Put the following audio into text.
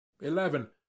Eleven